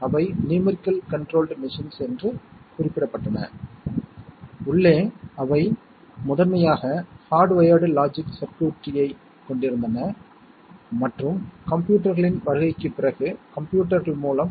மேலும் அவர்களுடன் எந்த வகையான செயல்பாட்டைச் செய்யலாம் மற்றும் அவர்கள் எந்த வகையான கணித அல்லது லாஜிக் செயல்பாட்டைப் பின்பற்றுகிறார்கள் என்பதைப் பார்ப்போம்